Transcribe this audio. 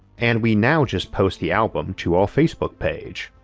and we now just post the album to our facebook page.